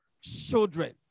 children